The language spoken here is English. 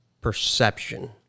perception